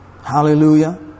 Hallelujah